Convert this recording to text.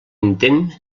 intent